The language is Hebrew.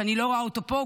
שאני לא רואה אותו פה,